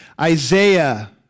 Isaiah